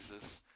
Jesus